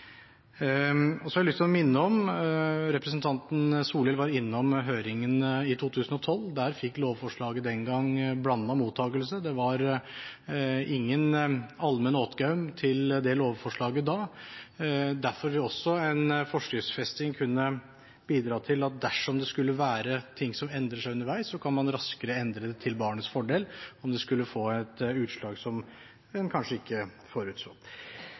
Jeg har lyst til å minne om at der fikk lovforslaget den gang blandet mottakelse. Det var ingen allmenn «åtgaum» til lovforslaget da. Derfor vil en forskriftsfesting kunne bidra til at dersom det skulle være ting som endrer seg underveis, kan man raskere endre det til barnets fordel om det skulle få et utslag man kanskje ikke forutså.